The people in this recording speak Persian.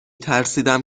ترسیدم